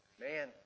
Man